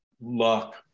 luck